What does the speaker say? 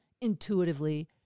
intuitively